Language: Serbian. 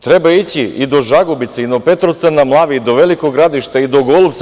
Treba ići i do Žagubice i do Petrovca na Mlavi i do Velikog Gradišta i do Golupca.